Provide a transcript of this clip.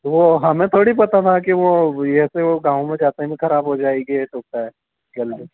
वह हमें थोड़ी पता था कि वह यह ऐसे वह गाँव में जाते ही ना खराब हो जाएगी ऐसे होता है जल्दी